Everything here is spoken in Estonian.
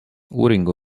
uuringu